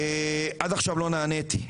עד עכשיו לא נעניתי.